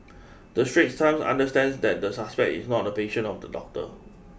the Straits Times understands that the suspect is not a patient of the doctor